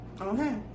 Okay